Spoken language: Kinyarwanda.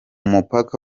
mupaka